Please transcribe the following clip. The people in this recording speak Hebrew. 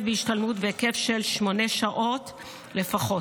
בהשתלמות בהיקף של שמונה שעות לפחות.